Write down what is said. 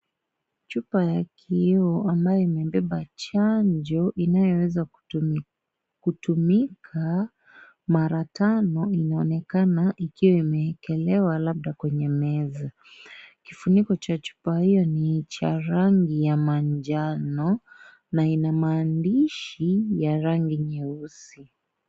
Chupa ya kioo ambayo imebeba chanjo inayoweza kutumika mara tano inaonekana ikiwa imeekelewa labda kwenye meza . Kifuniko cha chupa hiyo ni cha rangi ya manjano na ina maandishi ya rangi nyeusi.